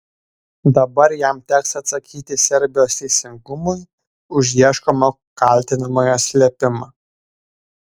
dabar jam teks atsakyti serbijos teisingumui už ieškomo kaltinamojo slėpimą